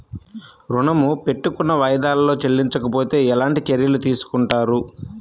ఋణము పెట్టుకున్న వాయిదాలలో చెల్లించకపోతే ఎలాంటి చర్యలు తీసుకుంటారు?